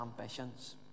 ambitions